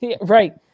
right